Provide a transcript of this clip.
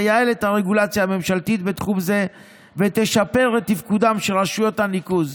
תייעל את הרגולציה הממשלתית בתחום זה ותשפר את תפקודן של רשויות הניקוז.